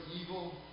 evil